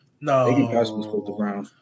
No